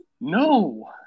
No